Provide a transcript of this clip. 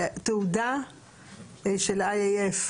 התעודה של IAF?